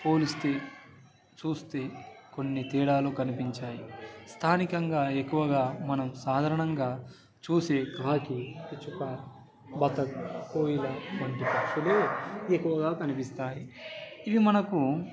పోలిస్తే చూస్తే కొన్ని తేడాలు కనిపించాయి స్థానికంగా ఎక్కువగా మనం సాధారణంగా చూసే కాకి పిచుక బతక్ కోకిల వంటి పక్షులు ఎక్కువగా కనిపిస్తాయి ఇవి మనకు